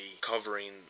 covering